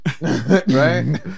Right